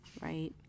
right